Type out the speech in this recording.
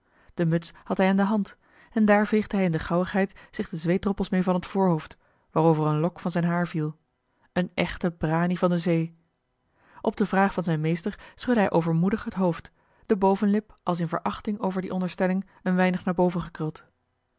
de muts had hij in de hand en daar veegde hij in de gauwigheid zich de zweetdroppels mee van het voorhoofd waarover een lok van zijn haar viel een echte branie van de zee op de vraag van zijn meester schudde hij overmoedig het hoofd de bovenlip als in verachting over die onderstelling een weinig naar hoven gekruld